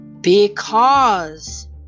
Because